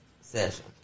session